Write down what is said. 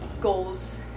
goals